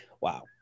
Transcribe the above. Wow